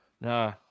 No